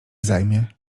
zajmie